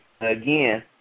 Again